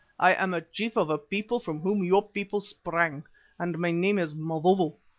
i am a chief of a people from whom your people sprang and my name is mavovo,